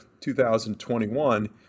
2021